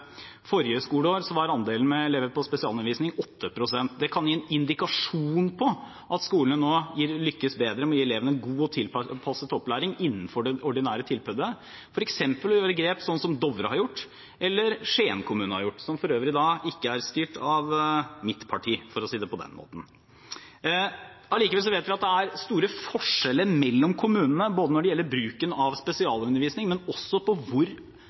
Forrige skoleår var andelen elever på spesialundervisning 8 pst. Det kan gi en indikasjon på at skolene nå lykkes bedre med å gi elevene en god og tilpasset i opplæring innenfor det ordinære tilbudet, f.eks. ved å gjøre grep slik Dovre kommune og Skien kommune har gjort, som for øvrig ikke er styrt av mitt parti – for å si det på den måten. Allikevel vet vi at det er store forskjeller mellom kommunene, både når det gjelder bruken av spesialundervisning, og når det gjelder hvor